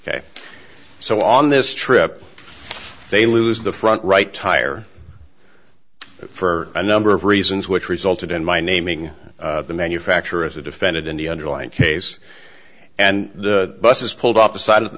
ok so on this trip they lose the front right tire for a number of reasons which resulted in my naming the manufacturer as a defendant in the underlying case and the bus was pulled off the side of